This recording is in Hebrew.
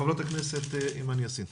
חברת הכנסת אימאן יאסין.